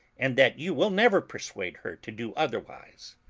and that you will never persuade her to do otherwise.